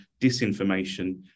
disinformation